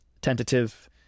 tentative